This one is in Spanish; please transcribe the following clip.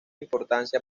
importancia